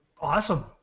awesome